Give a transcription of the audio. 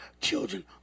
children